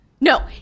No